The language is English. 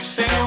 Say